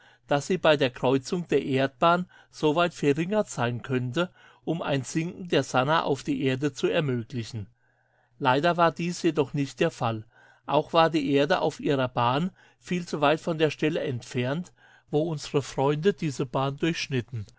daß sie bei kreuzung der erdbahn soweit verringert sein könnte um ein sinken der sannah auf die erde zu ermöglichen leider war dies jedoch nicht der fall auch war die erde auf ihrer bahn viel zu weit von der stelle entfernt wo unsre freunde diese bahn durchschnitten